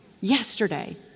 yesterday